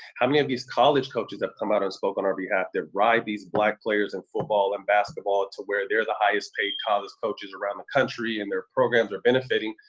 how many of these college coaches have come out and spoke on our behalf that ride these black players in football and basketball to where they're the highest-paid college coaches around the country and their programs are benefiting?